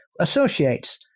associates